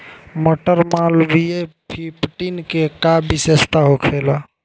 मटर मालवीय फिफ्टीन के का विशेषता होखेला?